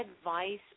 advice